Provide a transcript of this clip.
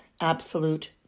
absolute